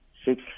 six